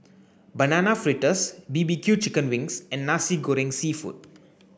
banana fritters B B Q chicken wings and Nasi Goreng seafood